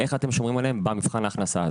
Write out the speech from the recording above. איך אתם שומרים עליהם במבחן ההכנסה.